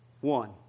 one